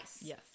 yes